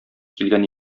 килгән